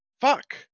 fuck